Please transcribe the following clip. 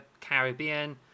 Caribbean